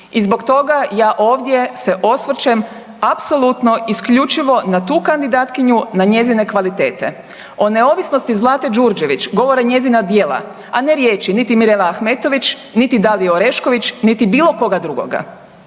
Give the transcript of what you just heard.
I zbog toga ja ovdje se osvrćem apsolutno, isključivo na tu kandidatkinju, na njezine kvalitete. O neovisnosti Zlate Đurđević govore njezina djela, a ne riječi niti Mirele Ahmetović, niti Dalije Orešković niti bilo koga drugoga.